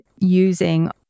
using